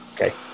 Okay